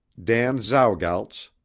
dan zowgaltz,